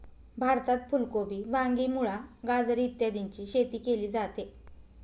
भारतात फुल कोबी, वांगी, मुळा, गाजर इत्यादीची शेती केली जाते